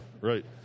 Right